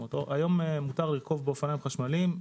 היום מותר לרכב באופניים חשמליים.